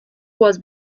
was